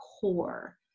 core